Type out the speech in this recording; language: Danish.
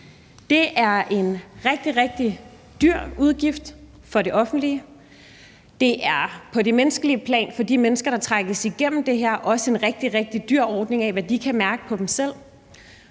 Det er en rigtig, rigtig dyr udgift for det offentlige. Det er på det menneskelige plan – for de mennesker, der trækkes igennem det her – også en rigtig, rigtig dyr ordning, altså med hensyn til hvad de kan mærke på dem selv.